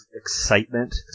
excitement